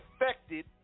affected